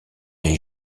les